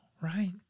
right